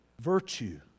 virtue